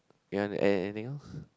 ya and anything else